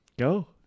go